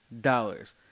dollars